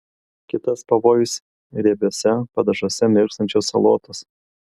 kitas pavojus riebiuose padažuose mirkstančios salotos